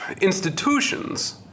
institutions